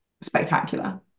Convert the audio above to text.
spectacular